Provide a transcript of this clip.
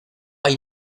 hay